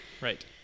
right